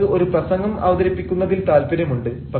നിങ്ങൾക്ക് ഒരു പ്രസംഗം അവതരിപ്പിക്കുന്നതിൽ താല്പര്യമുണ്ട്